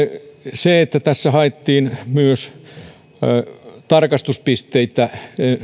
tässä haettiin myös tarkastuspisteitä